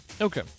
Okay